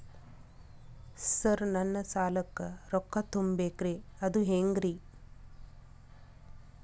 Sir ನನ್ನ ಸಾಲಕ್ಕ ರೊಕ್ಕ ತುಂಬೇಕ್ರಿ ಅದು ಹೆಂಗ್ರಿ?